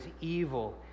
evil